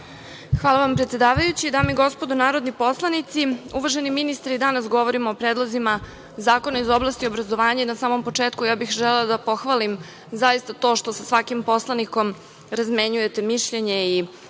Hvala, predsedavajući. Dame i gospodo narodni poslanici, uvaženi ministre i danas govorimo o predlozima zakona iz oblasti obrazovanja. Na samom početku ja bih želela da pohvalim zaista to što sa svakim poslanikom razmenjujete mišljenje i činjenice